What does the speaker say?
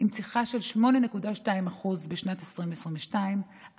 עם צריכה של 8.2% בשנת 2022,